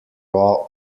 raw